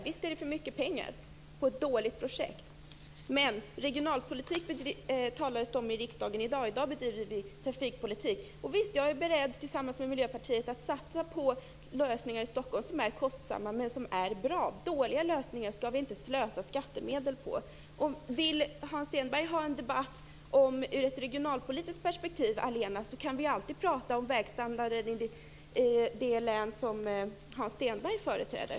Visst är det för mycket pengar till ett dåligt projekt. Men regionalpolitik talades det om i riksdagen i går. I dag debatterar vi trafikpolitik. Visst, jag är tillsammans med Miljöpartiet beredd att satsa på lösningar i Stockholm som är kostsamma men bra. Dåliga lösningar skall vi inte slösa skattemedel på. Vill Hans Stenberg ha en debatt från ett regionalpolitiskt perspektiv allena, kan vi alltid tala om vägstandarden i det län som Hans Stenberg företräder.